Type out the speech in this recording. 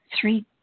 Three